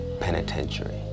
Penitentiary